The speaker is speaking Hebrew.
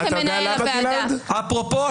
גלעד ניהל את הוועדה הזו בשנה האחרונה,